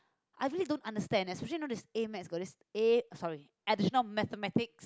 I really don't understand especially you know this A-maths got this A oh sorry additional-mathematics